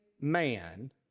man